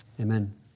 Amen